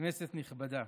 כנסת נכבדה,